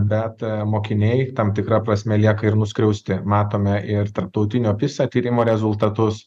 bet mokiniai tam tikra prasme lieka ir nuskriausti matome ir tarptautinio pisa tyrimo rezultatus